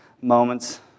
moments